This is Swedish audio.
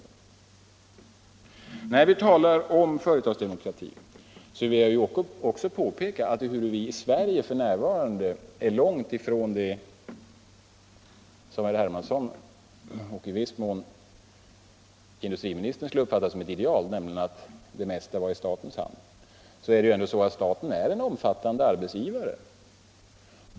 När vi talar om företagsdemokrati vill jag också påpeka att ehuru vi i Sverige f.n. är långt ifrån det som herr Hermansson och i viss mån industriministern skulle uppfatta som ett ideal, nämligen att det mesta var i statens hand, är staten ändå en omfattande arbetsgivare.